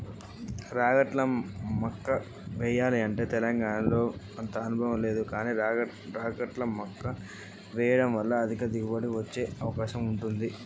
రాగట్ల మక్కా వెయ్యచ్చా?